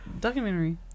Documentary